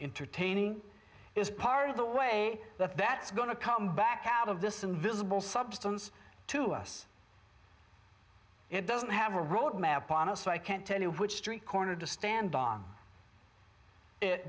attaining is part of the way that that's going to come back out of this invisible substance to us it doesn't have a roadmap honest i can't tell you which street corner to stand on it